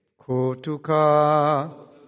kotuka